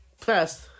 plus